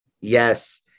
Yes